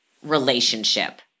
relationship